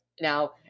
Now